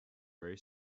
very